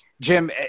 Jim